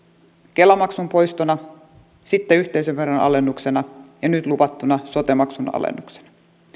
kela maksun poistona sitten yhteisöveron alennuksena ja nyt luvattuna sote maksun alennuksena